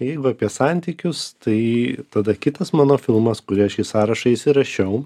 jeigu apie santykius tai tada kitas mano filmas kurį aš į sąrašą įsirašiau